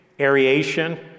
aeration